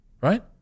right